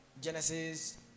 genesis